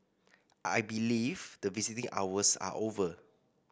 I believe that visiting hours are over